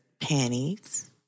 panties